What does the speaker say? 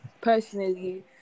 personally